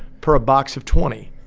per a box of twenty